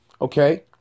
okay